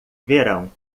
verão